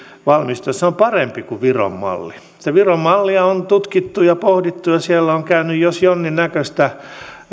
valmistuessaan on parempi kuin viron malli sitä viron mallia on tutkittu ja pohdittu ja siellä on käynyt jos jonkinnäköistä